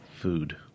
food